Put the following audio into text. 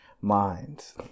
minds